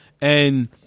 and-